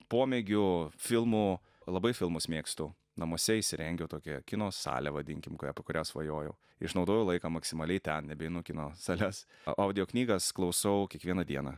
pomėgių filmų labai filmus mėgstu namuose įsirengiau tokią kino salę vadinkim kurią apie kurią svajojau išnaudoju laiką maksimaliai ten nebeeinu į kino sales audioknygas klausau kiekvieną dieną